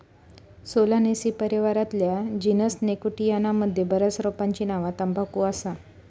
Solanaceae परिवारातल्या genus Nicotiana मध्ये बऱ्याच रोपांची नावा तंबाखू असा